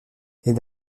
elle